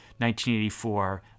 1984